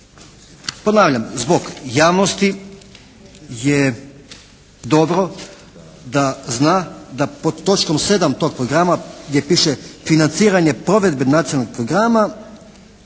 Ponavljam, zbog javnosti je dobro da zna da pod točkom 7. tog programa gdje piše Financiranje provedbe nacionalnog programa